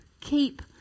keep